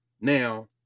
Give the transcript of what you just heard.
Now